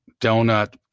donut